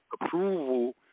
approval